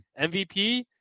MVP